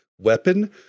Weapon